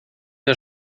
que